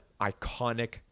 iconic